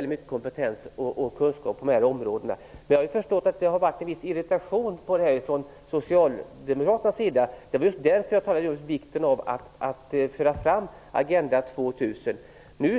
mycken kompetens och kunskap på dessa områden. Jag har förstått att det har varit en viss irritation mot detta från socialdemokratisk sida. Det är också därför som jag har talat om vikten av att föra fram Agenda 2000.